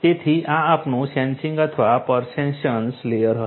તેથી આ આપણું સેન્સિંગ અથવા પર્સેપ્શન લેયર બનશે